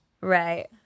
Right